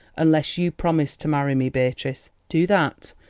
unless you promise to marry me, beatrice. do that,